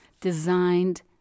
designed